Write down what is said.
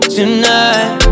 Tonight